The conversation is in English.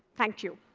thank you.